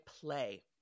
play